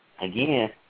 again